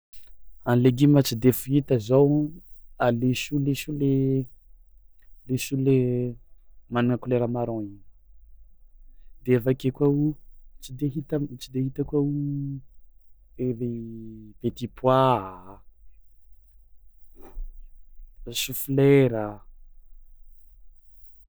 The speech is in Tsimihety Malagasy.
A legioma tsy fihita zao a laisoa laisoa le laisoa le managna kolera marron igny de avy ake koa o tsy de hita tsy de hita koa o ery petit pois, choux folera.